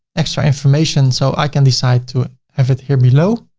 extra information. so i can decide to have it here below,